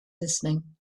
listening